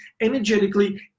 energetically